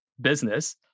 business